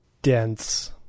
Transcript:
Dense